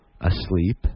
asleep